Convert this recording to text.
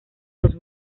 los